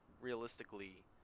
realistically